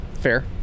Fair